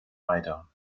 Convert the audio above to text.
weiter